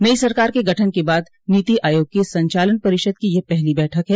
नयी सरकार के गठन के बाद नीति आयोग की संचालन परिषद की यह पहली बैठक है